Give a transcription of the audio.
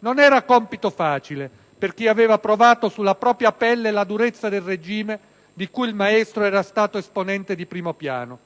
Non era compito facile per chi aveva provato sulla propria pelle la durezza del regime di cui il maestro era stato esponente di primo piano.